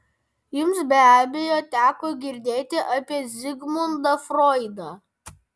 jums be abejo teko girdėti apie zigmundą froidą